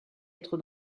être